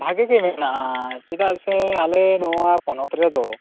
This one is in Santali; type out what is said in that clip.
ᱵᱷᱟᱜᱮ ᱜᱮ ᱢᱮᱱᱟᱜᱼᱟ ᱪᱮᱫᱟᱜ ᱥᱮ ᱟᱞᱮ ᱱᱚᱣᱟ ᱯᱚᱱᱚᱛ ᱨᱮᱫᱚ